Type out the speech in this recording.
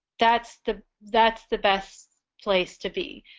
that's the that's the best place to be